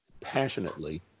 passionately